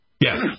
Yes